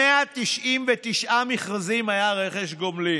ב-199 מכרזים היה רכש גומלין.